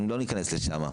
אבל לא ניכנס לשם.